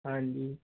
ਹਾਂਜੀ